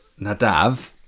Nadav